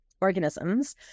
organisms